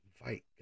invite